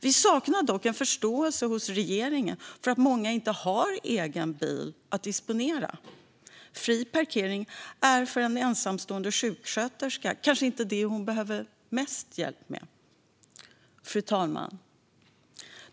Vi saknar dock en förståelse hos regeringen för att många inte har egen bil att disponera. För en ensamstående sjuksköterska är kanske inte fri parkering det hon behöver mest hjälp med. Fru talman!